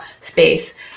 space